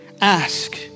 ask